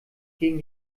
gegen